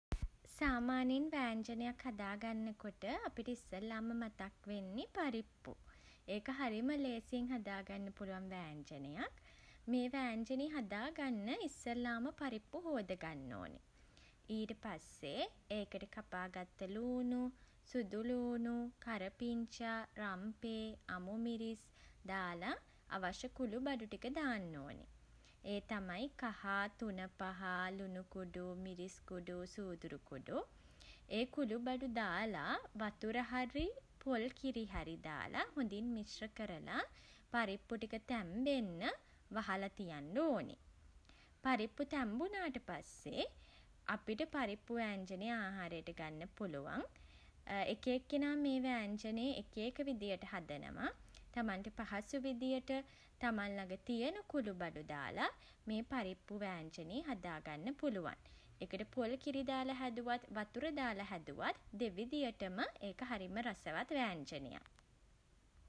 සාමාන්‍යයෙන් වෑංජනයක් හදාගන්න කොට අපිට ඉස්සෙල්ලාම මතක් වෙන්නේ පරිප්පු. ඒක හරිම ලේසියෙන් හදාගන්න පුළුවන් වෑංජනයක්. මේ වෑන්ජනේ හදා ගන්න ඉස්සෙල්ලාම පරිප්පු හෝදගන්න ඕන. ඊට පස්සේ ඒකට කපාගත්ත ළූණු සුදුළූණු කරපිංචා රම්පෙ අමු මිරිස් දාල අවශ්‍ය කුළුබඩු ටික දාන්න ඕනි. ඒ තමයි කහ තුනපහ ලුණු කුඩු මිරිස් කුඩු සූදුරු කුඩු. ඒ කුළුබඩු දාලා වතුර හරි පොල් කිරි හරි දාලා හොඳින් මිශ්‍ර කරලා පරිප්පු ටික තැම්බෙන්න වහලා තියන්න ඕනි. පරිප්පු තැම්බුනාට පස්සේ අපිට පරිප්පු වෑංජනය ආහාරයට ගන්න පුළුවන්. එක එක්කෙනා මේ වෑන්ජනේ එක එක විදියට හදනවා. තමන්ට පහසු විදියට තමන් ළග තියෙන කුළුබඩු දාලා මේ පරිප්පු වෑන්ජනේ හදා ගන්න පුළුවන්. ඒකට පොල් කිරි දාල හැදුවත් වතුර දාල හැදුවත් දෙවිදියටම ඒක රසවත් වෑන්ජනයක්.